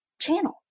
channel